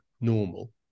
normal